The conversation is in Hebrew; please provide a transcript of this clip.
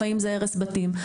לפעמים זה הרס בתים,